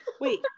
Wait